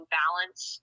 balance